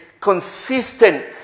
consistent